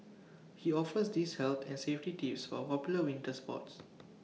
he offers these health and safety tips for popular winter sports